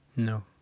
No